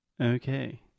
Okay